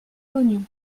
l’oignon